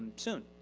and soon.